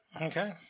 okay